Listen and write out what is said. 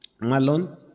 Malon